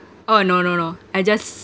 oh no no no I just